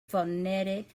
phonetic